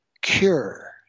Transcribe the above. cure